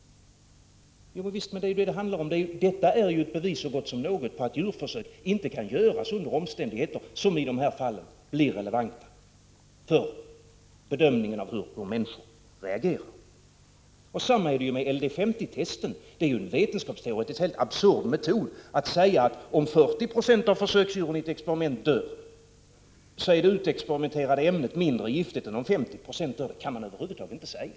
Detta är ett bevis så gott som något på att djurförsök inte kan göras under omständigheter som i de här fallen blir relevanta för bedömningen av hur människor reagerar. Detsamma gäller LD 50-testen. Det är en vetenskapsteoretiskt helt absurd metod att säga att om 40 96 av försöksdjuren i ett experiment dör så är det utexperimenterade ämnet mindre giftigt än om 50 96 dör. Så kan man över huvud taget inte säga.